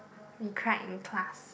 we cried in class